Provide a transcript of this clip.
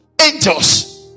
angels